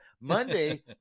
monday